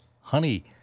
honey